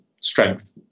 strength